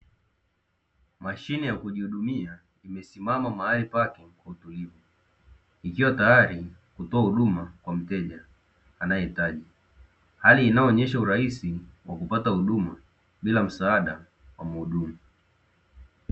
Mashine ya kujihudumia imesimama mahali pake kwa utulivu ikiwa tayari kutoa huduma kwa mteja anayehitaji, hali inayoonyesha urahisi wa kupata huduma bila msaada wa muhudumu.